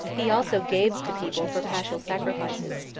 he also gave the people for paschal sacrifices,